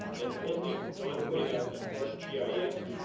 and bluntly, don pointed out the arcgis